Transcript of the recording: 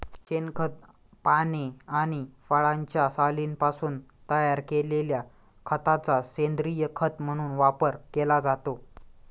शेणखत, पाने आणि फळांच्या सालींपासून तयार केलेल्या खताचा सेंद्रीय खत म्हणून वापर केला जातो